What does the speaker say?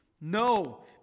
No